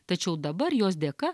tačiau dabar jos dėka